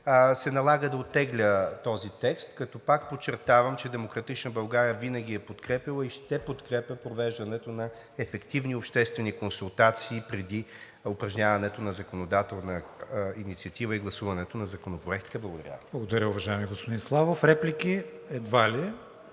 се налага да оттегля този текст, като пак подчертавам, че „Демократична България“ винаги е подкрепяла и ще подкрепя провеждането на ефективни обществени консултации преди упражняването на законодателна инициатива и гласуването на законопроектите. Благодаря Ви. ПРЕДСЕДАТЕЛ КРИСТИАН ВИГЕНИН: Благодаря, уважаеми господин Славов. Реплики? Едва ли.